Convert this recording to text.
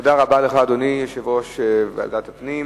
תודה רבה לך, אדוני יושב-ראש ועדת הפנים.